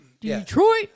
Detroit